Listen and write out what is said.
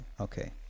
okay